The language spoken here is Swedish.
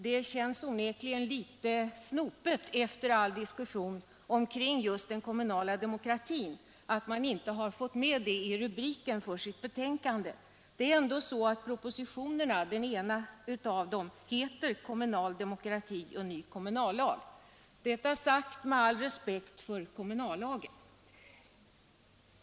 Det känns onekligen litet snopet efter all diskussion om den kommunala demokratin att konstitutionsutskottet inte fått med den i rubriken till sitt betänkande. Det är ändå så att det i den ena propositionens rubrik står ”kommunal demokrati och ny kom munallag”. Detta sagt med all respekt för kommunallagen.